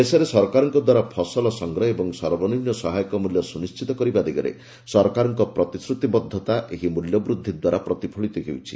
ଦେଶରେ ସରକାରଙ୍କ ଦ୍ୱାରା ଫସଲ ସଂଗ୍ରହ ଓ ସର୍ବନିମ୍ନ ସହାୟକ ମୂଲ୍ୟ ସୁନିଶ୍ଚିତ କରିବା ଦିଗରେ ସରକାରଙ୍କ ପ୍ରତିଶ୍ରତି ବଦ୍ଧତା ଏହି ମୂଲ୍ୟବୃଦ୍ଧି ଦ୍ୱାରା ପ୍ରତିଫଳିତ ହେଉଛି